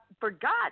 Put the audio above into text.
forgot